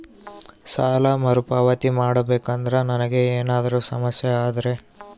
ಸಾಲ ಮರುಪಾವತಿ ಮಾಡಬೇಕಂದ್ರ ನನಗೆ ಏನಾದರೂ ಸಮಸ್ಯೆ ಆದರೆ?